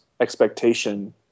Expectation